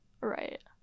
right